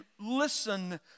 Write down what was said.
listen